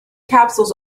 capsules